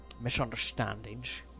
misunderstandings